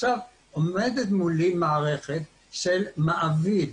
עכשיו עומדת מולי מערכת של מעביד,